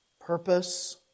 purpose